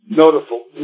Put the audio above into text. noticeable